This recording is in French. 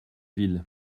ville